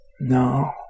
no